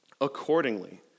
Accordingly